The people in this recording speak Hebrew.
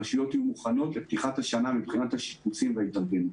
הרשויות יהיו מוכנות לפתיחת השנה מבחינת השיפוצים וההתארגנות.